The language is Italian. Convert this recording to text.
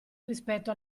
rispetto